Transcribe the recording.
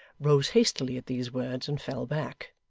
rose hastily at these words, and fell back.